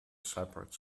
separate